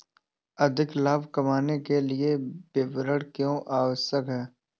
अधिक लाभ कमाने के लिए विपणन क्यो आवश्यक है?